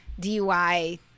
DUI